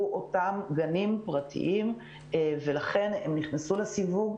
אותם גנים פרטיים ולכן הם נכנסו לסיווג.